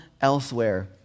elsewhere